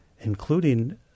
including